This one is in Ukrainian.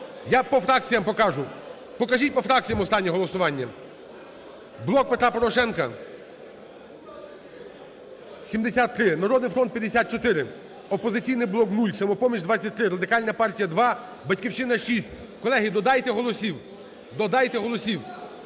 Я по фракціям покажу. Покажіть по фракціям останнє голосування. "Блок Петра Порошенка" – 73, "Народний фронт" – 54, "Опозиційний блок" – 0, "Самопоміч" – 23, Радикальна партія – 2, "Батьківщина" – 6. Колеги, додайте голосів. Додайте голосів.